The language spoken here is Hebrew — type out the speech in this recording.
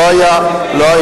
לא היה.